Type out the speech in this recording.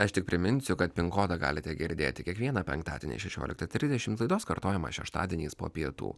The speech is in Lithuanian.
aš tik priminsiu kad pin kodą galite girdėti kiekvieną penktadienį šešiolika trisdešimt laidos kartojimą šeštadieniais po pietų